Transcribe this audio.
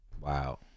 Wow